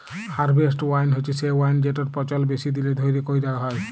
harvest wine হছে সে wine যেটর পচল বেশি দিল ধ্যইরে ক্যইরা হ্যয়